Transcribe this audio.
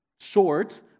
Short